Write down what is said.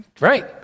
Right